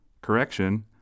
Correction